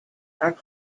are